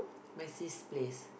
my sis place